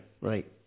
right